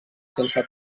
sense